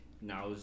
Now